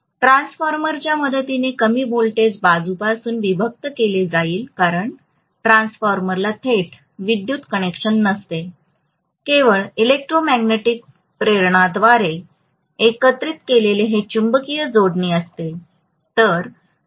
ट्रान्सफॉर्मरच्या मदतीने कमी व्होल्टेज बाजूपासून विभक्त केले जाईल कारण ट्रान्सफॉर्मरला थेट विद्युत कनेक्शन नसते केवळ इलेक्ट्रोमॅग्नेटिक प्रेरणाद्वारे एकत्रित केलेले हे चुंबकीय जोडणी असते